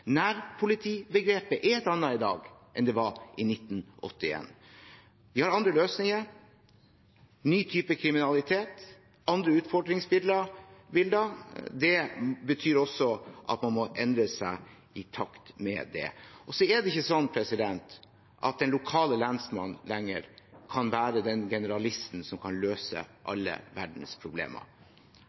Vi har andre løsninger, ny type kriminalitet, andre utfordringsbilder. Det betyr også at man må endre seg i takt med det. Det er ikke sånn at den lokale lensmannen lenger kan være den generalisten som kan løse alle verdens problemer.